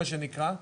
מה שנקרא,